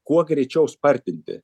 kuo greičiau spartinti